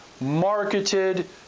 marketed